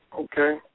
Okay